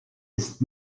ist